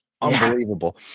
unbelievable